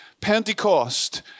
Pentecost